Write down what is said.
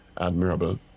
admirable